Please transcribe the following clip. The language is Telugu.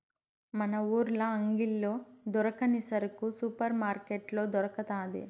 మన ఊర్ల అంగిల్లో దొరకని సరుకు సూపర్ మార్కట్లో దొరకతాది